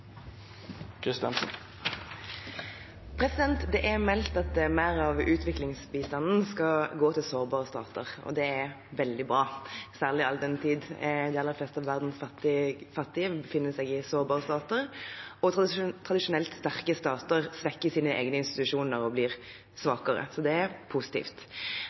Det er meldt at mer av utviklingsbistanden skal gå til sårbare stater. Det er veldig bra, særlig all den tid de aller fleste av verdens fattige befinner seg i sårbare stater og tradisjonelt sterke stater svekker sine egne institusjoner og blir svakere. Så det er positivt.